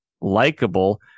likable